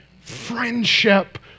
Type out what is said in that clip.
friendship